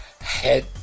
head